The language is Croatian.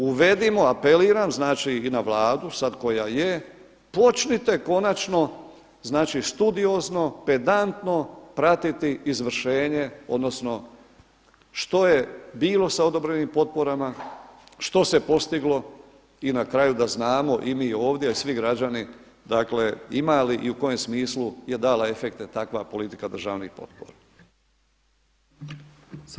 Uvedimo, apeliram, znači i na Vladu, sada koja je, počnite konačno, znači studiozno pedantno pratiti izvršenje odnosno što je bilo sa odobrenim potporama, što se postiglo i na kraju da znamo i mi ovdje a i svi građani dakle ima li i u kojem smislu je dala efekte takva politika državnih potpora.